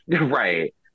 Right